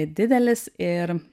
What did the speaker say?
didelis ir